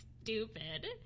stupid